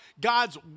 God's